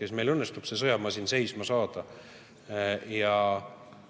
Kas meil õnnestub see sõjamasin seisma saada? Ja